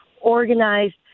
organized